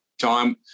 time